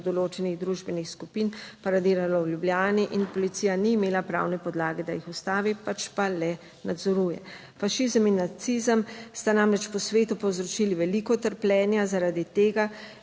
določenih družbenih skupin paradiralo v Ljubljani in policija ni imela pravne podlage, da jih ustavi, pač pa le nadzoruje. Fašizem in nacizem sta namreč po svetu povzročili veliko trpljenja. Zaradi tega